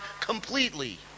completely